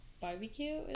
barbecue